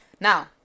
now